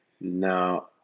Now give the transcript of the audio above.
now